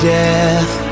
death